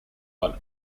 but